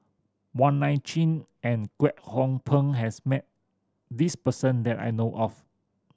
Wong Nai Chin and Kwek Hong Png has met this person that I know of